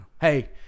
Hey